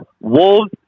Wolves